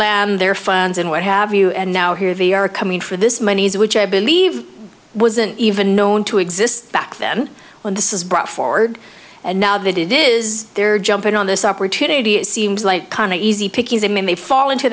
lab their funds and what have you and now here they are coming for this monies which i believe wasn't even known to exist back then when this is brought forward and now that it is they're jumping on this opportunity it seems like kind of easy pickings that may fall into